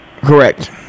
Correct